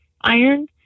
iron